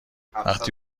وقتی